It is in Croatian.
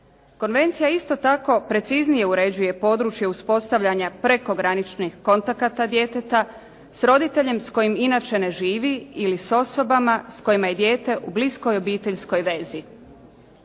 Konvencija isto tako preciznije uređuje područje uspostavljanja prekograničnih kontakata djeteta s roditeljem s kojim inače ne živi ili s osobama s kojima je dijete u bliskoj obiteljskoj vezi